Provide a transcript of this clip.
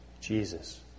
Jesus